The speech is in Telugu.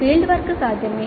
ఫీల్డ్ వర్క్ సాధ్యమే